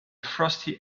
frosty